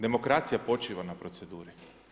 Demokracija počiva na proceduri.